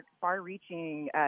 far-reaching